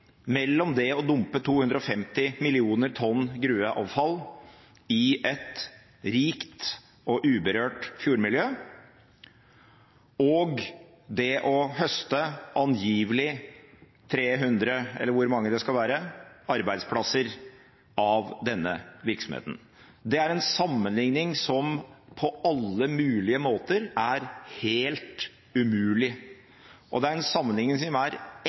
mellom det å dumpe 250 millioner tonn gruveavfall i et rikt og uberørt fjordmiljø og det å høste angivelig 300 – eller hvor mange det skal være – arbeidsplasser av denne virksomheten. Det er en sammenligning som på alle mulige måter er helt umulig, og det er en sammenligning som er